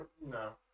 No